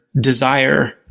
desire